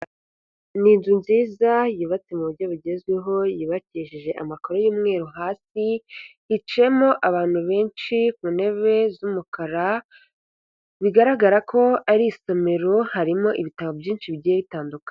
Ni inzu nziza yubatse mu buryo bugezweho yubakisheje amakaro y'umweru hasi, hicayemo abantu benshi ku ntebe z'umukara bigaragara ko ari isomero harimo ibitabo byinshi bigiye bitandukanye.